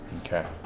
Okay